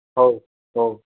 हो हो